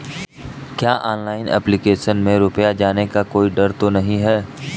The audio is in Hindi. क्या ऑनलाइन एप्लीकेशन में रुपया जाने का कोई डर तो नही है?